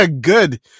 Good